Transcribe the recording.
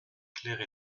claire